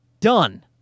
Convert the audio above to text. done